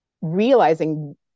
realizing